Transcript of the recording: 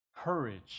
courage